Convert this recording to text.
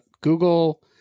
Google